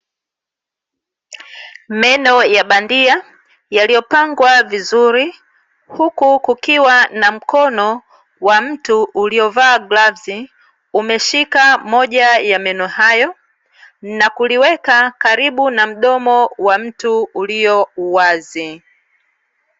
Meno ya bandia yaliyopangwa vizuri, huku kukiwa na mkono wa mtu uliovaa glavzi umeshika moja ya meno hayo na kuliweka karibu na mdomo wa mtu ulio wazi.